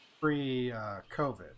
pre-COVID